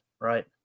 right